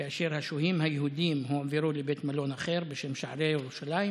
כאשר השוהים היהודים הועברו לבית מלון אחר בשם שערי ירושלים